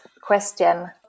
question